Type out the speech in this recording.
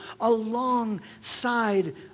alongside